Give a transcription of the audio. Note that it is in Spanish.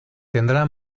tendrá